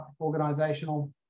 organizational